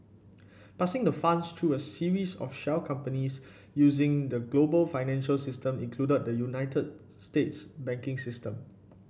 passing the funds through a series of shell companies using the global financial system including the United States banking system